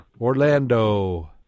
Orlando